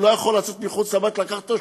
הוא לא יכול לצאת מחוץ לבית ולקחת אתו,